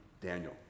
Daniel